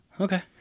okay